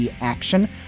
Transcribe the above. action